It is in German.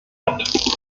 hand